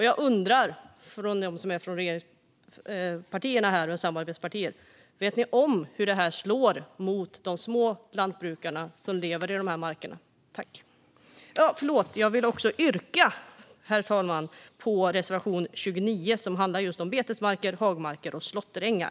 Jag undrar om ni från regeringspartierna och samarbetspartierna vet om hur det här slår mot småbrukarna som lever i de här markerna. Jag vill också yrka bifall till reservation 29, som handlar om just betesmarker, hagmarker och slåtterängar.